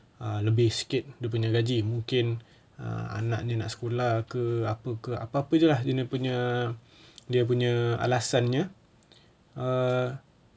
err lebih sikit dia punya gaji mungkin err anak dia nak sekolah ke apa ke apa-apa jer lah dia punya dia punya alasannya err